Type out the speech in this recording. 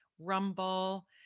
Rumble